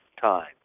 time